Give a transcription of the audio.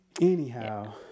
Anyhow